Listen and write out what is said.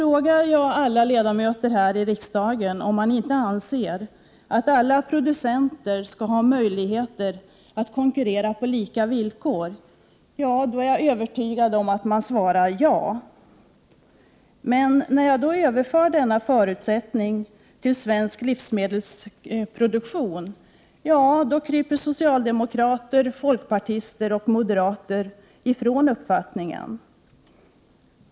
Om jag frågar ledamöterna i riksdagen om de inte anser att alla producenter skall ha möjlighet att konkurrera på lika villkor, är jag övertygad om att alla svarar ja. Men när jag överför denna förutsättning till svensk livsmedelsproduktion kryper socialdemokrater, folkpartister och moderater ifrån den uttalade uppfattningen.